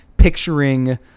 picturing